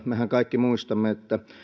mehän kaikki muistamme että